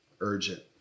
urgent